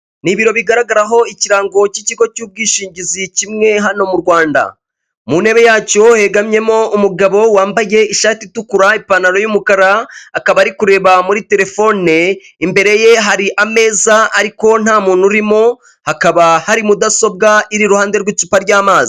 Ni ibiro bigaragaraho ikirango cy'ikigo cy'ubwishingizi kimwe hano mu Rwanda, mu ntebe yacyo hegamyemo umugabo wambaye ishati itukura, ipantalo y'umukara, akaba ari kureba muri telefone, imbere ye hari ameza ariko nta muntu urimo, hakaba hari mudasobwa iri iruhande rw'icupa ry'amazi.